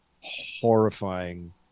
horrifying